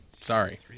Sorry